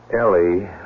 Ellie